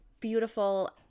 beautiful